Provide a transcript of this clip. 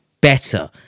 better